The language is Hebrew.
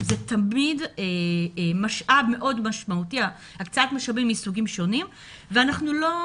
הקצאת משאבים מסוגים שונים זה דבר משמעותי מאוד.